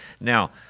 Now